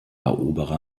eroberer